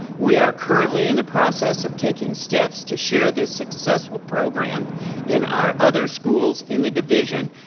we are currently in the process of taking steps to share this successful program in our other schools in the division,